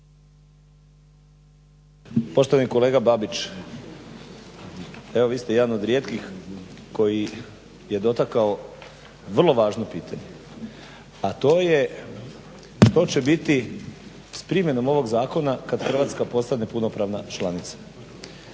Poštovani kolega Babić, evo vi ste jedan od rijetkih koji je dotakao vrlo važno pitanje, a to je što će biti s primjenom ovog zakona kad Hrvatska postane punopravna članica.